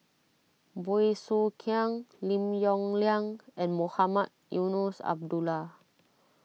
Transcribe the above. Bey Soo Khiang Lim Yong Liang and Mohamed Eunos Abdullah